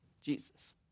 Jesus